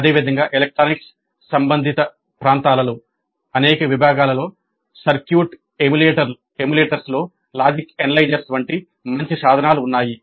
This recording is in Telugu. అదేవిధంగా ఎలక్ట్రానిక్స్ సంబంధిత ప్రాంతాలలో అనేక విభాగాలలో సర్క్యూట్ ఎమ్యులేటర్ల వంటి మంచి సాధనాలు ఉన్నాయి